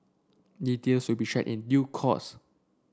details will be shared in due course